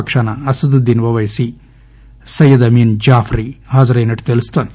పక్షాన అసదుద్దిన్ ఓపైసీ సయ్యద్ అమీన్ జాఫ్రీ హాజరైనట్లు తెలుస్తోంది